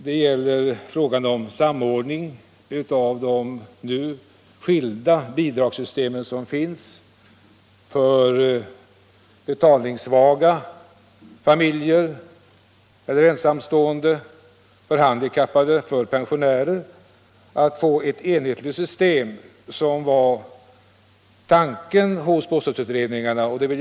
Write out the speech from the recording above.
Det gäller frågan om samordning av de olika bidrag som nu utgår till betalningssvaga familjer eller ensamstående, till handikappade och till pensionärer. Tanken hos bostadsutredningarna var att man skulle få ett enhetligt system.